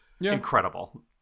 Incredible